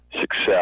success